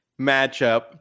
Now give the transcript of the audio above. matchup